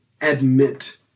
admit